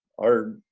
our,